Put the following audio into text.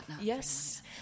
yes